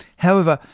however,